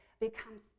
becomes